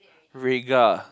Rhaegar